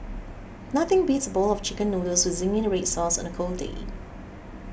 nothing beats a bowl of Chicken Noodles with Zingy Red Sauce on the cold day